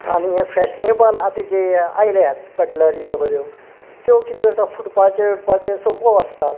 आनी हे फॅशनेबल आतां जे आयल्यात कटलरी सगळ्यो त्यो कितें करता फुटपाचे बिटपाचे संभव आसतात